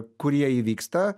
kurie įvyksta